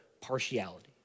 partiality